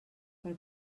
per